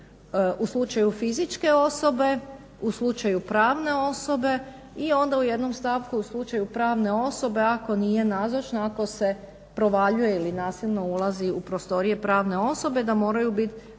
U slučaju fizičke osobe, u slučaju pravne osobe i onda u jednom stavku u slučaju pravne osobe ako nije nazočna ako se provaljuje ili nasilno ulazi u prostorije pravne osobe da moraju biti